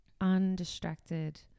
undistracted